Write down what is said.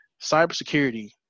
cybersecurity